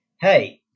hey